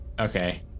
Okay